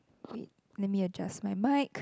wait let me adjust my mic